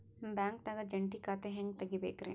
ಬ್ಯಾಂಕ್ದಾಗ ಜಂಟಿ ಖಾತೆ ಹೆಂಗ್ ತಗಿಬೇಕ್ರಿ?